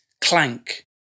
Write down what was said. clank